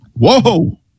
Whoa